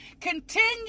continue